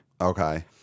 Okay